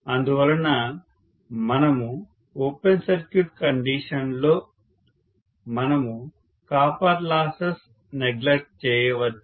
అందువలన మనము open circuit condition లో మనము కాపర్ లాస్ నెగ్లెక్ట్ చేయవచ్చు